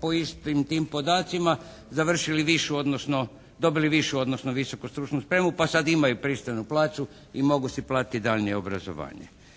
po istim tim podacima završili višu, odnosno dobili višu, odnosno visoku stručnu spremu pa sad imaju pristojnu plaću i mogu si platiti daljnje obrazovanje.